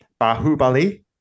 Bahubali